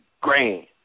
grand